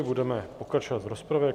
Budeme pokračovat v rozpravě.